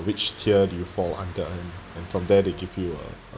which tier do you fall under and from there give you uh